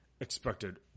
expected